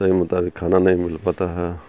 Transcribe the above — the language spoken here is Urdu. صحیح مطابق کھانا نہیں مل پاتا ہے